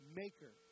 maker